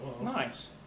Nice